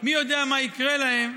מי יודע מה יקרה להם.